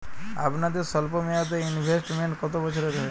আপনাদের স্বল্পমেয়াদে ইনভেস্টমেন্ট কতো বছরের হয়?